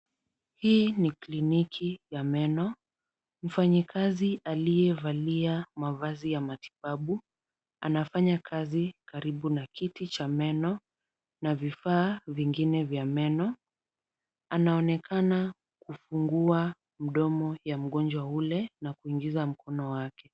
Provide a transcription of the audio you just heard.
Hii ni kliniki ya meno. Mfanyikazi aliyevalia mavazi ya matibabu, anafanya kazi karibu na kiti cha meno na vifaa vingine vya meno. Anaonekana kufungua mdomo ya mgonjwa ule na kuingiza mkono wake.